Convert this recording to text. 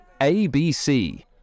ABC